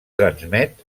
transmet